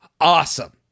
awesome